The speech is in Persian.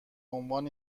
عنوان